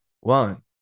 one